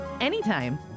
anytime